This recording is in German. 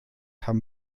haben